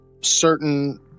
certain